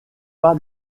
pas